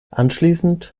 anschließend